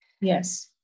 Yes